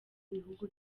bihugu